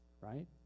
right